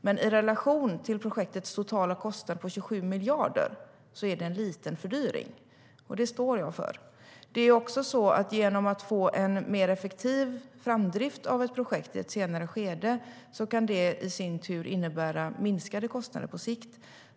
Men i relation till projektets totala kostnad på 27 miljarder är det en liten fördyring, och det står jag för. En mer effektiv framdrift av ett projekt i ett senare skede kan i sin tur innebära minskade kostnader på sikt.